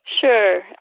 Sure